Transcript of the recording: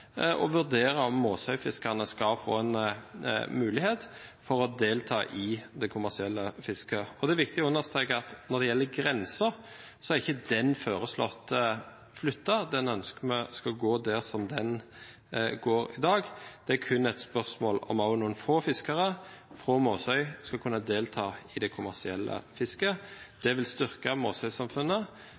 og vurdere om Måsøy-fiskerne skal få en mulighet til å delta i det kommersielle fisket. Og det er viktig å understreke at når det gjelder grensen, er ikke den foreslått flyttet. Den ønsker vi skal gå der den går i dag. Det er kun et spørsmål om også noen få fiskere fra Måsøy skal kunne delta i det kommersielle fisket. Det vil styrke